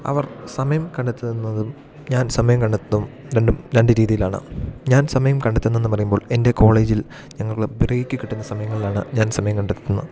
അവർ സമയം കണ്ടെത്തുന്നതും ഞാൻ സമയം കണ്ടെത്തുന്നതും രണ്ട് രീതീലാണ് ഞാൻ സമയം കണ്ടെത്തുന്നെന്ന് പറയുമ്പോൾ എൻ്റെ കോളേജിൽ ഞങ്ങൾ ബ്രേക്ക് കിട്ടുന്ന സമയങ്ങളിലാണ് ഞാൻ സമയം കണ്ടെത്തുന്നത്